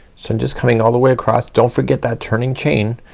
so i'm just coming all the way across don't forget that turning chain,